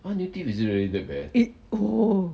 it oh